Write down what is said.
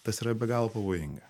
tas yra be galo pavojinga